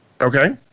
Okay